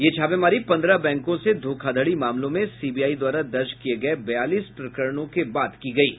यह छापेमारी पन्द्रह बैंको से धोखाधड़ी मामलों में सीबीआई द्वारा दर्ज किये गये बयालिस प्रकरणों के बाद की गयी है